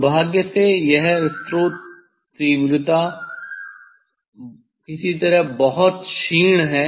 दुर्भाग्य से यह स्रोत तीव्रता किसी तरह बहुत क्षीण है